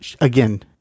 Again